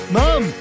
Mom